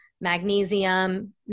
magnesium